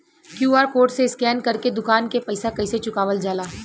QR code से scan कर के दुकान के पैसा कैसे चुकावल जाला?